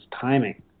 timing